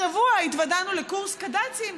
השבוע התוודענו לקורס קד"צים,